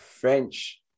French